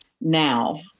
now